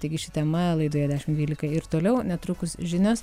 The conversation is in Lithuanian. taigi ši tema laidoje dešimt dvylika ir toliau netrukus žinios